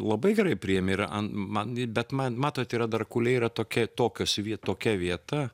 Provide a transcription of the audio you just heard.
labai gerai priėmė ir man bet man matot yra dar kuliai yra tokia tokios vie tokia vieta